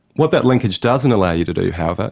what that linkage doesn't allow you to do, however,